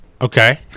Okay